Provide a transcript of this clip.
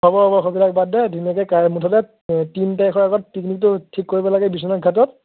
হ'ব হ'ব সেইবিলাক বাদ দে ধুনীয়াকৈ কাই মুঠতে তিন তাৰিখৰ আগত পিকনিকটো ঠিক কৰিব লাগে বিশ্বনাথ ঘাটত